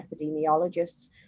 epidemiologists